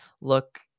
look